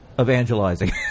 evangelizing